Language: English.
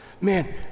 Man